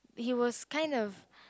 he was kind of